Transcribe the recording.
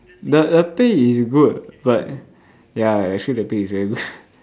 the the pay is good but ya actually the pay is very good